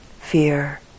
fear